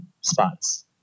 spots